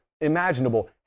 imaginable